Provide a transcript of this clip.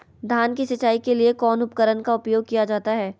धान की सिंचाई के लिए कौन उपकरण का उपयोग किया जाता है?